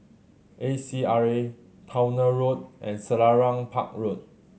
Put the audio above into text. A C R A Towner Road and Selarang Park Road